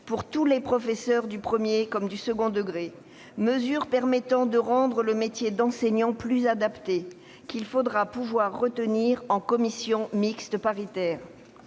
pour tous les professeurs du premier comme du second degré, mesures permettant de rendre le métier d'enseignant plus adapté et qu'il faudra pouvoir conserver en commission mixte paritaire.